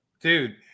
dude